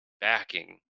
backing